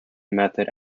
method